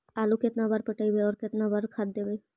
आलू केतना बार पटइबै और केतना बार खाद देबै?